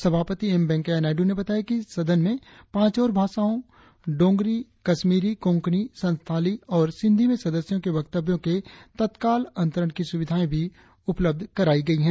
सभापति एम वेंकैया नायडू ने बताया कि सदन में पांच और भाषाओं डोंगरी कश्मीरी कोंकणी संस्थाली और सिंधी में सदस्यों के वक्तव्यों के तत्काल अंतरण की सुविधाए भी उपलब्ध कराई गई है